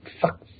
Fuck